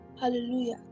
hallelujah